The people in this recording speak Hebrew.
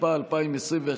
התשפ"א 2021,